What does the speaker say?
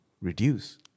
reduce